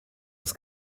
das